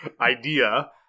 idea